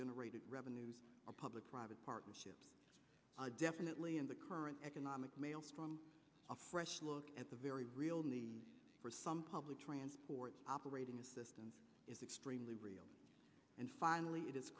generated revenue or public private partnership definitely in the current economic maelstrom a fresh look at the very real need for some public transport operating assistance is extremely real and finally it